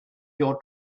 your